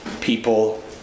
people